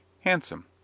handsome